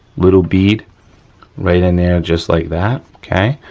little bead right in there, just like that, okay.